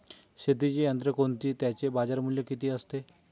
शेतीची यंत्रे कोणती? त्याचे बाजारमूल्य किती असते?